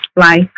life